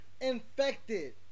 infected